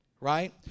Right